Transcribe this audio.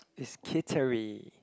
it's Kittery